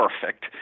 perfect